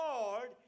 Lord